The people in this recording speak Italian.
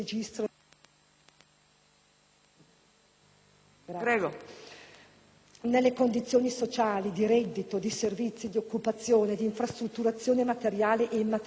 Prego,